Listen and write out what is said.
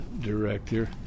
director